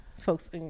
folks